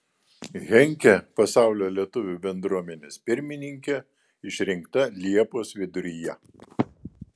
henkė pasaulio lietuvių bendruomenės pirmininke išrinkta liepos viduryje